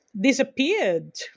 disappeared